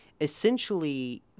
Essentially